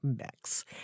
mix